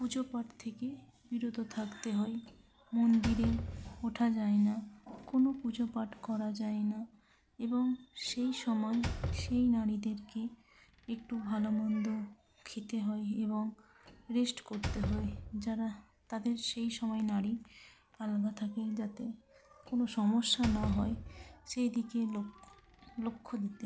পুজোপাঠ থেকে বিরত থাকতে হয় মন্দিরে ওঠা যায় না কোনো পুজো পাঠ করা যায় না এবং সেই সময় সেই নারীদেরকে একটু ভালোমন্দ খেতে হয় এবং রেস্ট করতে হয় যারা তাদের সেই সময় নারী আলাদা থাকেন যাতে কোনো সমস্যা না নয় সেই দিকে লক্ষ্য দিতে